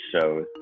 shows